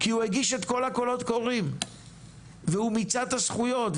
כי הוא מגיש את כל הקולות קוראים וכי הוא מיצה את הזכויות,